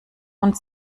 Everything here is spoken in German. und